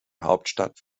hauptstadt